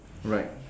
alright